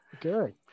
Good